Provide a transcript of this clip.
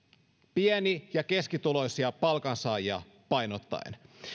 pieni ja keskituloisia palkansaajia painottaen